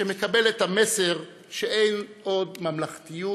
שמקבל את המסר שאין עוד ממלכתיות,